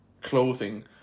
clothing